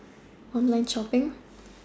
online shopping